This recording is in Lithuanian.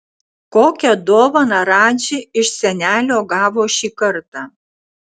kokią dovaną radži iš senelio gavo šį kartą